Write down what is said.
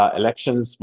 elections